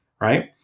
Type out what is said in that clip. Right